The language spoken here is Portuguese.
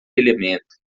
elemento